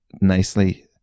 nicely